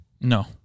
No